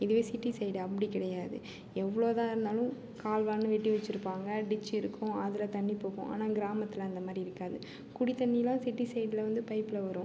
இதுவே city side அப்படி கிடையாது எவ்வளோதான் இருந்தாலும் கால்வாய்னு வெட்டி வச்சுருப்பாங்க டிச்சு இருக்கும் அதில் தண்ணி போகும் ஆனால் கிராமத்தில் அந்த மாதிரி இருக்காது குடி தண்ணியெலாம் சிட்டி சைடில் வந்து பைப்பில் வரும்